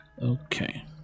Okay